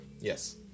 Yes